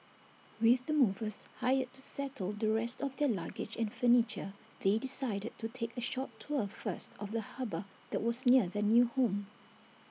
with the movers hired to settle the rest of their luggage and furniture they decided to take A short tour first of the harbour that was near their new home